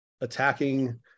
attacking